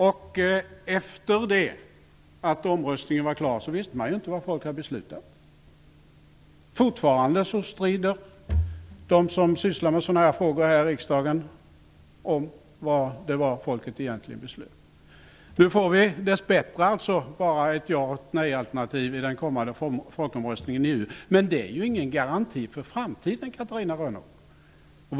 När omröstningen var klar visste man inte vad folket hade beslutat. Fortfarande strider de som sysslar med sådana här frågor här i riksdagen om vad folket egentligen beslutade Nu får vi dess bättre bara ett ja och ett nejalternativ i den kommande folkomröstningen om EU. Men det är ingen garanti för framtiden, Catarina Rönnung.